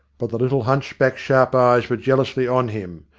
but the little hunchback's sharp eyes were jealously on him,